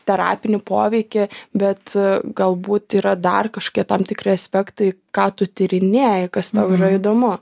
terapinį poveikį bet galbūt yra dar kažkokie tam tikri aspektai ką tu tyrinėji kas yra įdomu